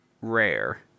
rare